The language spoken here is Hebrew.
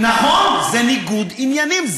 נכון, זה ניגוד עניינים.